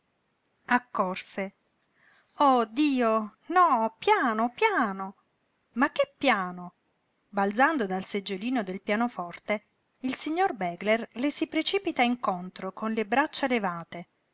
oh dio no piano piano ma che piano balzando dal seggiolino del pianoforte il signor begler le si precipita incontro con le braccia levate